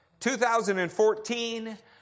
2014